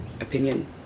opinion